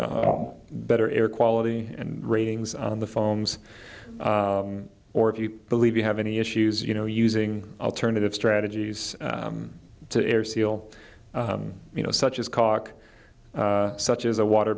better air quality and ratings on the phones or if you believe you have any issues you know using alternative strategies to air seal you know such as cock such as a water